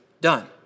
done